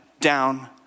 down